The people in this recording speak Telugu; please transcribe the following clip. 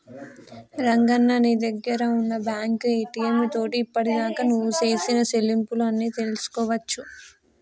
రంగన్న నీ దగ్గర ఉన్న బ్యాంకు ఏటీఎం తోటి ఇప్పటిదాకా నువ్వు సేసిన సెల్లింపులు అన్ని తెలుసుకోవచ్చు